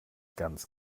ganz